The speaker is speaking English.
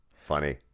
Funny